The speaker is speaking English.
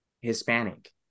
Hispanic